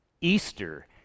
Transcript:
Easter